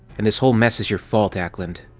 and this whole mess is your fault, ackland!